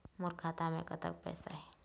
मोर खाता मे कतक पैसा हे?